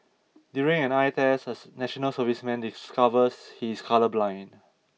during an eye test a National Serviceman discovers he is colourblind